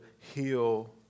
heal